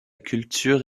culture